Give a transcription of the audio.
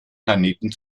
planeten